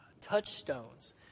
touchstones